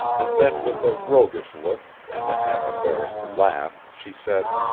and then with a roguish look and a half-embarrassed laugh she said